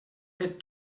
fet